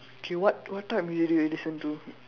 K what what type of music do you listen to